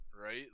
Right